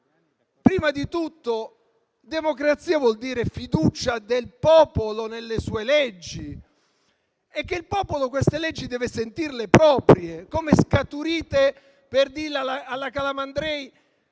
prima di tutto democrazia vuol dire fiducia del popolo nelle sue leggi e il popolo queste leggi deve sentirle proprie, come scaturite, per dirla alla Calamandrei,